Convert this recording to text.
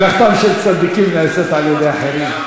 מלאכתם של צדיקים נעשית בידי אחרים.